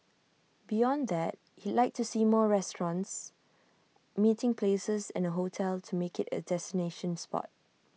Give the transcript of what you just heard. beyond that he'd like to see more restaurants meeting places and A hotel to make IT A destination spot